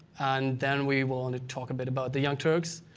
and then we will and talk a bit about the young turks,